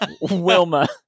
Wilma